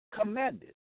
commanded